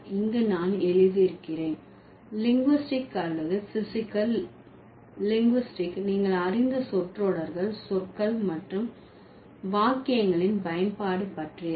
இங்கு நான் எழுதியிருக்கிறேன் லிங்குஸ்டிக் அல்லது பிஸிக்கல் லிங்குஸ்டிக் நீங்கள் அறிந்த சொற்றொடர்கள் சொற்கள் மற்றும் வாக்கியங்களின் பயன்பாடு பற்றியது